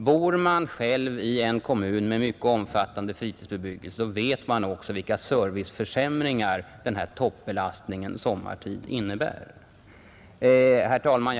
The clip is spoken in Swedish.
Den som bor i en kommun med mycket omfattande fritidsbebyggelse vet vilka serviceförsämringar som toppbelastningen sommartid innebär, Herr talman!